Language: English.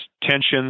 tensions